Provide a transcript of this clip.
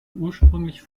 ursprünglich